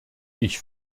ich